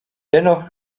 dennoch